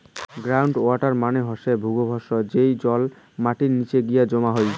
ground water মানে হসে ভূর্গভস্থ, যেই জল মাটির নিচে গিয়ে জমা হই